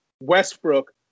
Westbrook